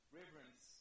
reverence